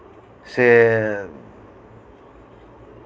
ᱥᱮ